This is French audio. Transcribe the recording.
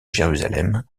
jérusalem